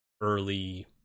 early